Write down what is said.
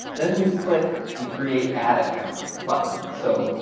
then we click the create ad account button. so,